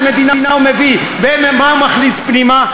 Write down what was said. מדינה הוא מביא ומה הוא מכניס פנימה?